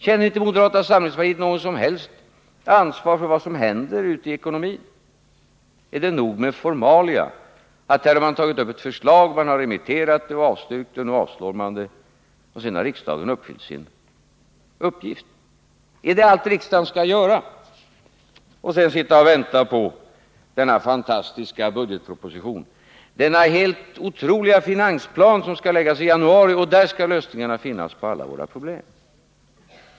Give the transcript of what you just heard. Känner inte moderata samlingspartiet något som helst ansvar för vad som händer i ekonomin? Är det nog med bara formalia? Här har man tagit upp ett förslag. Man har Åtgärder för att stabilisera ekono remitterat det, och det har avstyrkts. Nu avslår man det — och sedan har riksdagen fyllt sin uppgift! Är det allt riksdagen skall göra, för att sedan bara sitta och vänta på denna fantastiska budgetproposition — denna helt otroliga finansplan, som skall läggas fram i januari? Där skall lösningarna finnas på alla problem.